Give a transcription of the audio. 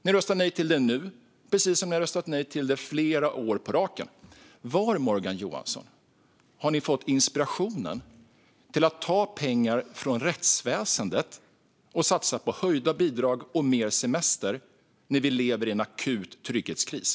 Ni röstar nej till det nu, precis som ni gjort flera år på raken. Var, Morgan Johansson, har ni fått inspirationen till att ta pengar från rättsväsendet och satsa på höjda bidrag och mer semester, när vi lever i en akut trygghetskris?